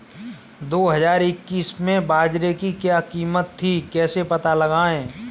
दो हज़ार इक्कीस में बाजरे की क्या कीमत थी कैसे पता लगाएँ?